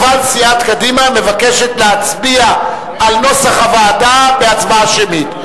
אבל סיעת קדימה מבקשת להצביע על נוסח הוועדה בהצבעה שמית.